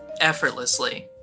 effortlessly